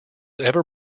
ever